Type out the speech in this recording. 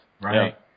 Right